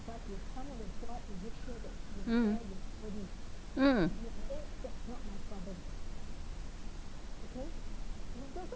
mm mm